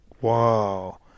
Wow